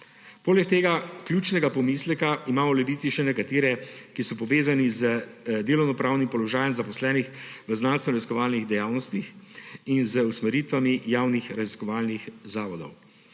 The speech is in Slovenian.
Poleg tega ključnega pomisleka imamo v Levici še nekatere, ki so povezani z delovnopravnim položajem zaposlenih v znanstvenoraziskovalnih dejavnostih in z usmeritvami javnih raziskovalnih zavodov.